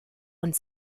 und